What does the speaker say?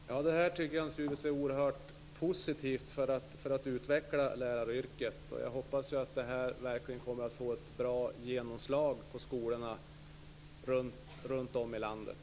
Fru talman! Det här tycker jag naturligtvis är oerhört positivt för utvecklingen av läraryrket. Jag hoppas att detta verkligen kommer att få ett bra genomslag på skolorna runt om i landet.